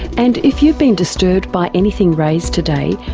and if you've been disturbed by anything raised today,